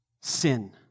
Sin